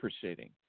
proceeding